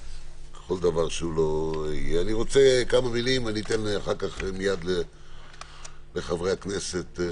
אני רוצה לומר כמה ומילים ואחר כך אתן לחברי הכנסת.